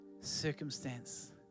circumstance